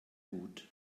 gut